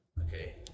Okay